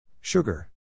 Sugar